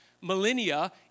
millennia